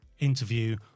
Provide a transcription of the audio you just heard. Interview